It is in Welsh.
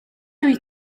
wyt